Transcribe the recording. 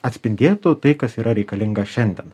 atspindėtų tai kas yra reikalinga šiandien